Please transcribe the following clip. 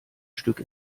stück